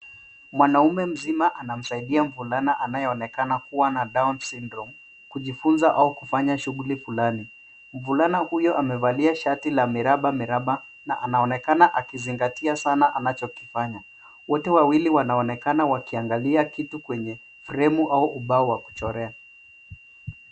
Mwanaume mzima anamsaidia mvulana anayeonekana kuwa na down syndrome kujifunza au kufanya shughuli fulani. Mvulana huyo amevalia shati la miraba miraba na anaonekana akizingatia sana anachokifanya. Wote wawili wanaonekana wakiangalia kitu kwenye fremu au ubao wa kuchorea.